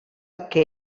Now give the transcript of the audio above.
que